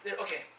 Okay